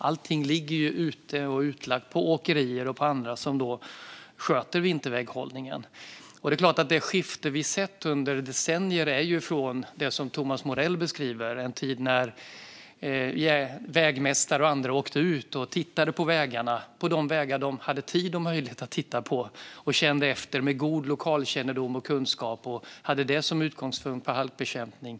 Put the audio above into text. Allting ligger utlagt på åkerier och andra som sköter vinterväghållningen. Thomas Morell beskriver en tid när vägmästare och andra åkte ut och tittade på vägarna - de vägar de hade tid och möjlighet att titta på - med god lokalkännedom och kunskap, kände efter och hade det som utgångspunkt för halkbekämpningen.